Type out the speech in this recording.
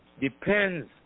Depends